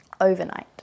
overnight